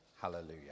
Hallelujah